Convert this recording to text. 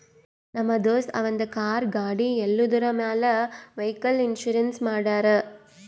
ನಮ್ ದೋಸ್ತ ಅವಂದ್ ಕಾರ್, ಗಾಡಿ ಎಲ್ಲದುರ್ ಮ್ಯಾಲ್ ವೈಕಲ್ ಇನ್ಸೂರೆನ್ಸ್ ಮಾಡ್ಯಾರ್